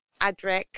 Adric